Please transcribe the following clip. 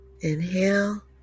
Inhale